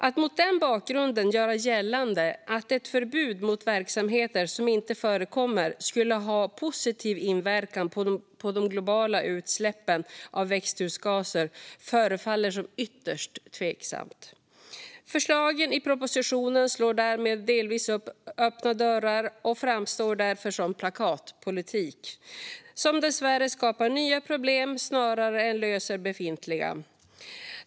Att mot den bakgrunden göra gällande att ett förbud mot verksamheter som inte förekommer skulle ha en positiv inverkan på de globala utsläppen av växthusgaser förefaller som ytterst tveksamt. Förslagen i propositionen slår därmed delvis in öppna dörrar och framstår därför som plakatpolitik som dessvärre skapar nya problem snarare än löser befintliga.